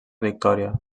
victòria